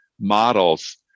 models